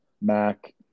MAC